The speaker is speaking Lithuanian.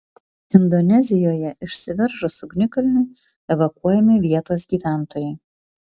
indonezijoje išsiveržus ugnikalniui evakuojami vietos gyventojai